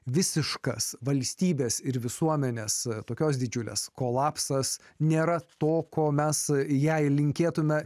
visiškas valstybės ir visuomenės tokios didžiulės kolapsas nėra to ko mes jei linkėtumėme